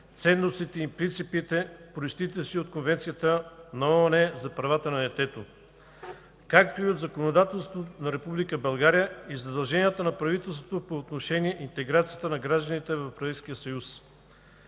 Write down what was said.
ценностите и принципите, произтичащи от Конвенцията на ООН за правата на детето, както и от законодателството на Република България и задълженията на правителството по отношение интеграцията на гражданите в Европейския съюз.